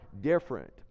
different